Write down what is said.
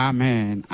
Amen